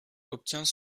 obtient